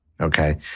Okay